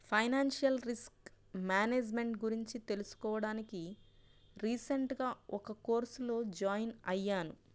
financial risk management గురించి తెలుసుకోడానికి recent గా ఒక కోర్సులో జాయిన్ అయ్యాను